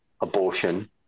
abortion